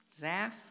Zaph